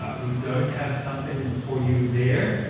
but we don't have something for you there.